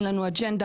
אין לנו אג'נדה,